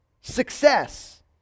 success